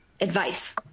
advice